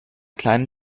kleinen